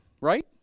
right